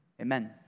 amen